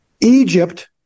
Egypt